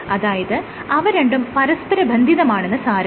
അതായത് അവ രണ്ടും പരസ്പര ബന്ധിതമാണെന്ന് സാരം